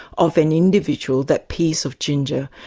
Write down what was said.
of an individual, that piece of ginger,